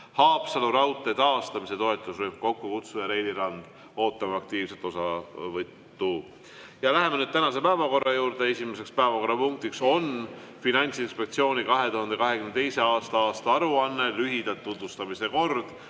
Haapsalu raudtee taastamise toetusrühm, kokkukutsuja Reili Rand. Ootame aktiivset osavõttu. Läheme nüüd tänase päevakorra juurde. Esimene päevakorrapunkt on Finantsinspektsiooni 2022. aasta aruanne. Lühidalt tutvustan korda.